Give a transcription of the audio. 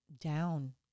down